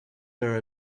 her